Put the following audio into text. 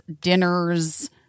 dinners